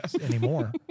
anymore